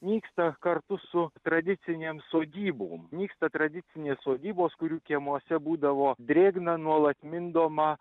nyksta kartu su tradicinėm sodybom nyksta tradicinės sodybos kurių kiemuose būdavo drėgna nuolat mindoma